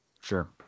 Sure